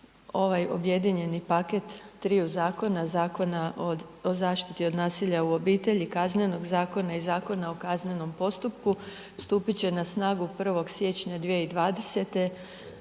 ovaj objedinjeni paket triju zakona, Zakona od, o zaštiti od nasilja u obitelji, Kaznenog zakona i Zakona o kaznenom postupku stupit će na snagu 1. siječnja 2020.